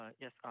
Yes